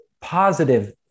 positive